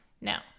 Now